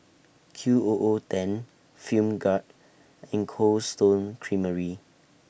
Q O O ten Film Grade and Cold Stone Creamery